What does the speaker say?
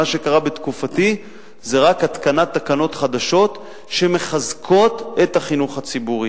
מה שקרה בתקופתי זה רק התקנת תקנות חדשות שמחזקות את החינוך הציבורי,